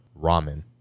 ramen